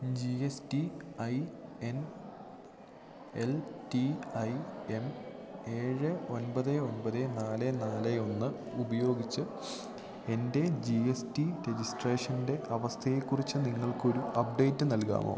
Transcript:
G S T I N L T I M ഏഴ് ഒൻപത് ഒൻപത് നാല് നാല് ഒന്ന് ഉപയോഗിച്ച് എൻ്റെ ജി എസ് ടി രജിസ്ട്രേഷൻ്റെ അവസ്ഥയെ കുറിച്ച് നിങ്ങൾക്കൊരു അപ്ഡേറ്റ് നൽകാമോ